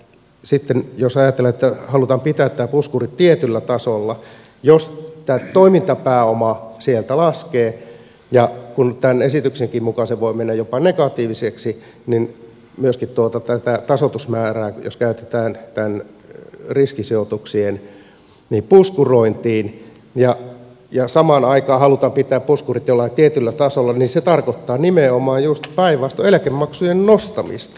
sitten jos ajatellaan että halutaan pitää tämä puskuri tietyllä tasolla jos tämä toimintapääoma sieltä laskee ja kun tämän esityksenkin mukaan se voi mennä jopa negatiiviseksi niin myöskin jos tätä tasoitusmäärää käytetään näiden riskisijoituksien puskurointiin ja samaan aikaan halutaan pitää puskurit jollain tietyllä tasolla se tarkoittaa nimenomaan just päinvastoin eläkemaksujen nostamista